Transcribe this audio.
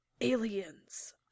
aliens